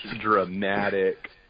dramatic